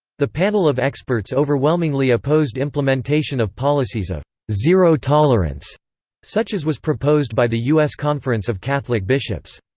the panel of experts overwhelmingly opposed implementation of policies of zero-tolerance such as was proposed by the us conference of catholic bishops.